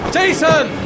Jason